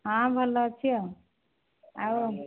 ହଁ ଭଲ ଅଛି ଆଉ ଆଉ